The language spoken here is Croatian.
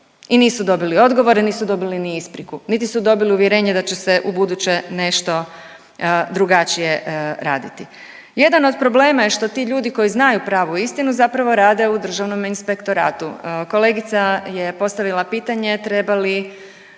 i nisu dobili odgovore, nisu dobili ni ispriku, niti su dobili uvjerenje da će se ubuduće nešto drugačije raditi. Jedan od problema je što ti ljudi koji znaju pravu istinu zapravo rade u Državnom inspektoratu. Kolegica je postavila pitanje treba li